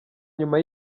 nyuma